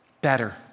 better